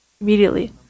Immediately